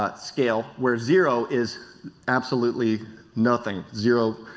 but scale where zero is absolutely nothing, zero,